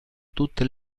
tutte